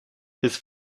his